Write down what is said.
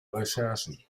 recherchen